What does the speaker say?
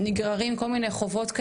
נגררים לכל מיני חובות,